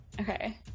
Okay